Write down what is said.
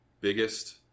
biggest